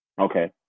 Okay